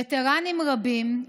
וטרנים רבים,